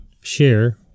share